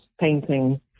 painting